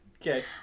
Okay